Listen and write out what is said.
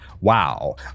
Wow